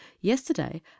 yesterday